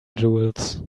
jewels